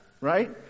right